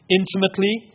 intimately